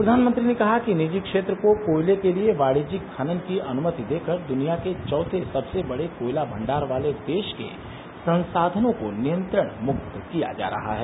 फ्र्यानमंत्री ने कहा कि निजी क्षेत्र को कोयले के लिए वाणिज्यिक खनन की अनुमति देकर दुनिया के चौथे सबसे बड़े कोयला भंडार वाले देश के संसाधनों को नियंत्रण मुक्त किया जा रहा है